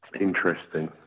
Interesting